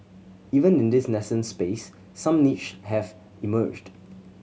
even in this nascent space some niches have emerged